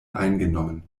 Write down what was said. eingenommen